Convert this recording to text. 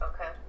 Okay